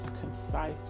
concise